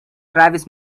travis